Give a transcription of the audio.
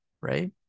right